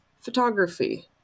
photography